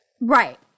Right